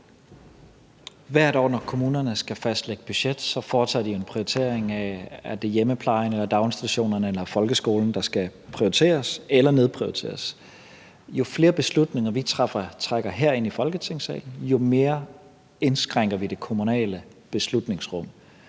hvert år skal fastlægge deres budgetter, foretager de en prioritering, i forhold til om det er hjemmeplejen eller daginstitutionen eller folkeskolen, der skal prioriteres eller nedprioriteres. Jo flere beslutninger vi trækker herind i Folketingssalen, jo mere indskrænker vi det kommunale beslutningsrum.